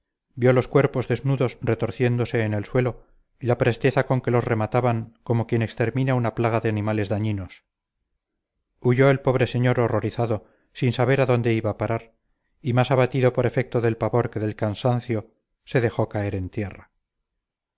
vio los cuerpos desnudos retorciéndose en el suelo y la presteza con que los remataban como quien extermina una plaga de animales dañinos huyó el pobre señor horrorizado sin saber a dónde iba a parar y más abatido por efecto del pavor que del cansancio se dejó caer en tierra